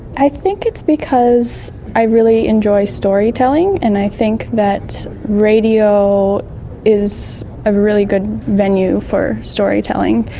i think it's because i really enjoy storytelling and i think that radio is a really good venue for storytelling,